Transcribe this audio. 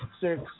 six